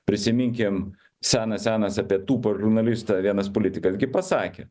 prisiminkim senas senas apie tūpą žurnalistą vienas politikas gi pasakė